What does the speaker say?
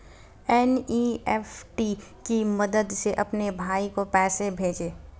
NEFT की मदद से अपने भाई को पैसे भेजें